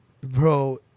bro